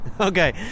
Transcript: Okay